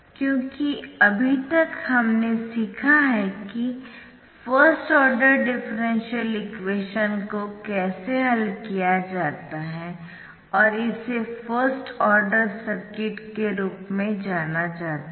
क्योंकि अभी तक हमने सीखा है कि फर्स्ट आर्डर डिफरेंशियल इक्वेशंस को कैसे हल किया जाता है और इसे फर्स्ट आर्डर सर्किट के रूप में जाना जाता है